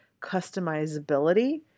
customizability